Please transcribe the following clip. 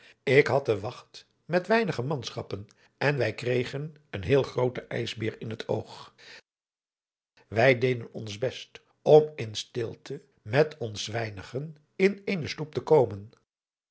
ik had de wacht met weinige manschappen en wij kregen een heel grooten ijsbeer in het oog wij deden ons best om in stilte met ons weinigen in eene sloep te komen